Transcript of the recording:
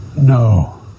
No